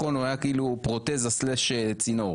הוא היה כאילו פרוטזה / צינור.